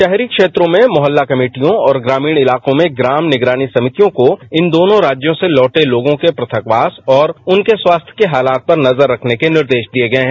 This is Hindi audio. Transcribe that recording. शहरी क्षेत्रों में मोहल्ला कमेटियों और ग्रामीण इलाकों में ग्राम निगरानी समितियों को इन दोनों राज्यों से लौटे लोगों के प्रथकवास और उनके स्वास्थ्य के हालात पर नजर रखने के निर्देश दिए गए हैं